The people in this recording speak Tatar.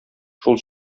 шул